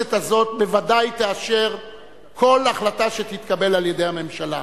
הכנסת הזאת בוודאי תאשר כל החלטה שתתקבל על-ידי הממשלה.